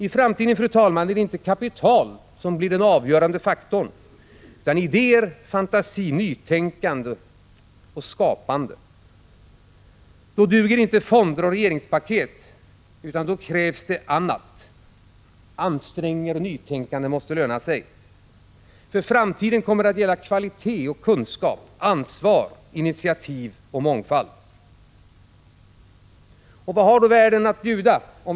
Det är inte kapital, fru talman, som blir den avgörande faktorn i framtiden, utan det är idéer, fantasi, nytänkande och skapande. Då duger inte fonder och regeringspaket, utan då krävs det annat. Ansträngningar och nytänkande måste löna sig. För framtiden gäller kvalitet, kunskap, ansvar, initiativ och mångfald. Vad har då världen att bjuda?